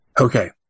Okay